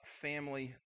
family